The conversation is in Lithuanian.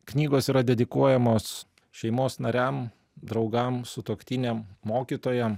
knygos yra dedikuojamos šeimos nariam draugam sutuoktiniam mokytojam